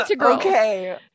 okay